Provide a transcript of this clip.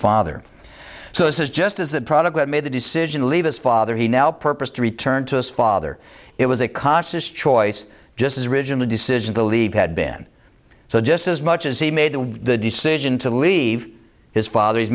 father so this is just as that product that made the decision to leave his father he now purposed to return to his father it was a conscious choice just as rigid the decision to leave had been so just as much as he made the decision to leave his father